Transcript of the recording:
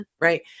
right